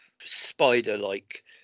spider-like